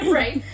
right